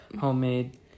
Homemade